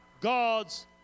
God's